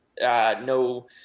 no